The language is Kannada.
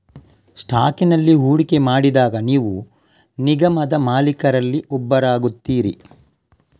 ಸ್ಟಾಕಿನಲ್ಲಿ ಹೂಡಿಕೆ ಮಾಡಿದಾಗ ನೀವು ನಿಗಮದ ಮಾಲೀಕರಲ್ಲಿ ಒಬ್ಬರಾಗುತ್ತೀರಿ